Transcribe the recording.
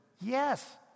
Yes